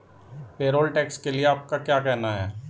Payroll tax के लिए आपका क्या कहना है?